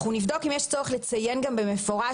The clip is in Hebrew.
אנחנו נבדוק אם יש צורך לציין גם במפורש